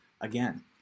again